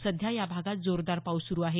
सध्या या भागात जोरदार पाऊस सुरू आहे